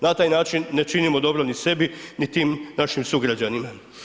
Na taj način ne činimo dobro ni sebi niti našim sugrađanima.